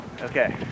Okay